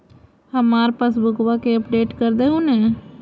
हमार पासबुकवा के अपडेट कर देहु ने?